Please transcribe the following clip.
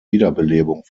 wiederbelebung